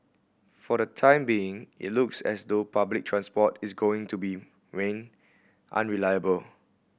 for the time being it looks as though public transport is going to be unreliable